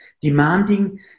demanding